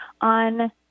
on